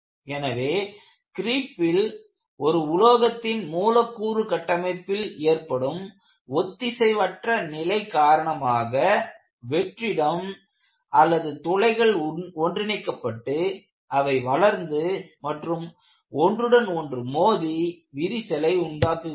எனவே கிரீப்பில் ஒரு உலோகத்தின் மூலக்கூறு கட்டமைப்பில் ஏற்படும் ஒத்திசைவற்ற நிலை காரணமாக வெற்றிடம் அல்லது துளைகள் ஒன்றிணைக்கப்பட்டு அவை வளர்ந்து மற்றும் ஒன்றுடன் ஒன்று மோதி விரிசலை உண்டாக்குகிறது